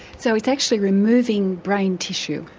so it's actually removing brain tissue?